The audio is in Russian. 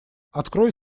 открой